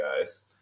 guys